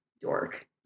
Dork